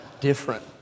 Different